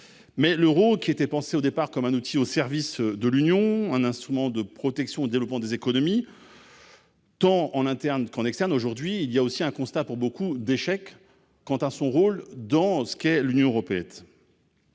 mais l'Euro, qui était pensé au départ comme un outil au service de l'Union, un instrument de protection, développement des économies. Tant en interne qu'en externe, aujourd'hui il y a aussi un constat pour beaucoup d'échecs quant à son rôle dans ce qu'est l'Union européenne,